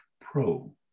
pro